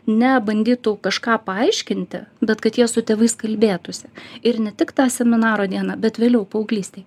ne bandytų kažką paaiškinti bet kad jie su tėvais kalbėtųsi ir ne tik tą seminaro dieną bet vėliau paauglystėj